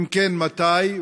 אם כן, מתי?